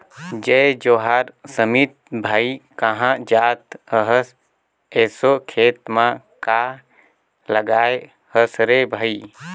जय जोहार समीत भाई, काँहा जात अहस एसो खेत म काय लगाय हस रे भई?